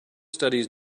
studies